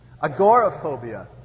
Agoraphobia